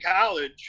college